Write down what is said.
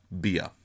beer